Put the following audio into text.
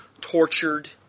tortured